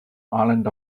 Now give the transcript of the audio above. island